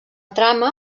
trama